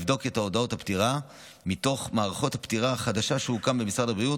ויבדוק את הודעות הפטירה מתוך מערכת הפטירה החדשה שהוקמה במשרד הבריאות.